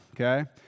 okay